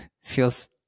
feels